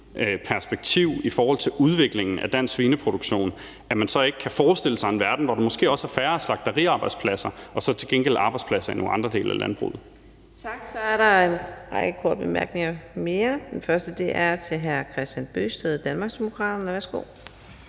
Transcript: perspektiv i forhold til udvikling af dansk svineproduktion, at man så ikke kan forestille sig en verden, hvor der måske også er færre slagteriarbejdspladser og så til gengæld arbejdspladser i nogle andre dele af landbruget.